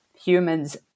humans